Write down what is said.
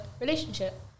relationship